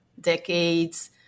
decades